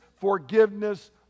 forgiveness